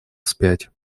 вспять